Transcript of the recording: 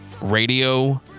radio